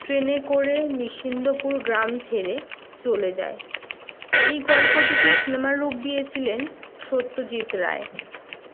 ট্রেনে করে নিশ্চিন্দপুর গ্রাম ছেড়ে চলে যায় এই গল্পটিকে সিনেমার রূপ দিয়েছিলেন সত্যজিৎ রায়